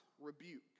rebuke